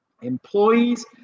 employees